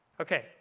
Okay